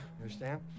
Understand